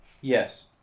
Yes